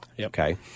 okay